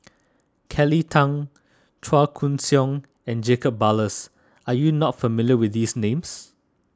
Kelly Tang Chua Koon Siong and Jacob Ballas are you not familiar with these names